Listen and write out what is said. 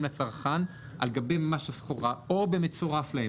לצרכן ממש על גבי הסחורה או במצורף להם.